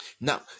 Now